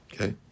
Okay